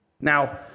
Now